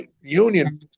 union